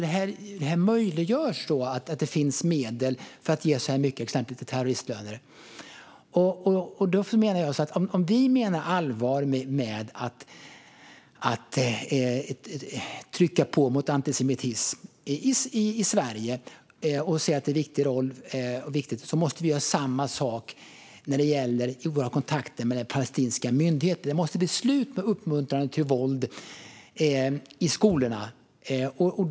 Det här möjliggör att det finns medel för att exempelvis ge så här mycket till terroristlöner. Om vi menar allvar med att trycka på mot antisemitism i Sverige och säger att det är viktigt måste vi göra samma sak när det gäller våra kontakter med den palestinska myndigheten. Det måste bli ett slut på uppmuntrandet till våld i skolorna.